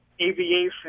aviation